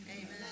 Amen